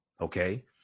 Okay